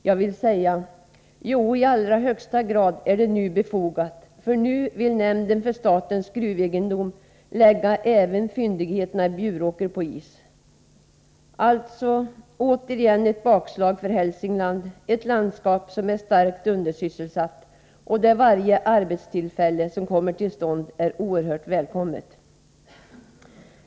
Jag vill säga: Jo, i allra högsta grad är det befogat, för nu vill nämnden för statens gruvegendom lägga även en brytning i Bjuråker på is, vilket återigen innebär ett bakslag för Hälsingland, där det råder stark undersysselsättning och där varje arbetstillfälle som kommer till stånd är oerhört välkommet.